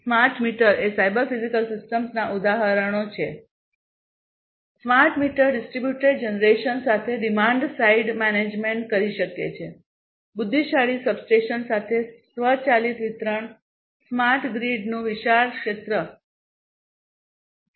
smart meter એ cyber physical સિસ્ટમ્સના ઉદાહરણો છે સ્માર્ટ મીટર ડિસ્ટ્રિબ્યુટેડ જનરેશન સાથે ડિમાન્ડ સાઇડ મેનેજમેન્ટ કરી શકે છે બુદ્ધિશાળી સબસ્ટેશન સાથે સ્વચાલિત વિતરણ સ્માર્ટ ગ્રીડનું વિશાળ ક્ષેત્ર નિયંત્રણ